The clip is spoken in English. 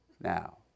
Now